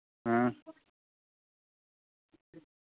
आं